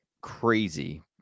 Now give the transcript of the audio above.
crazy